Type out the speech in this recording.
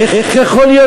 איך יכול להיות?